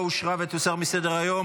הצבעה.